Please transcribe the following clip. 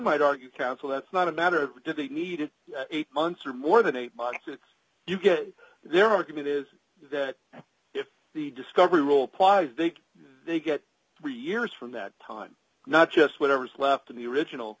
might argue counsel that's not a matter of did they needed eight months or more than a box if you get their argument is that if the discovery rule apply they get three years from that time not just whatever's left of the original